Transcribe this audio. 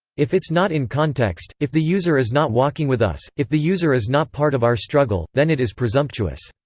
if it's not in context, if the user is not walking with us, if the user is not part of our struggle, then it is presumptuous.